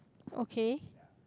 okay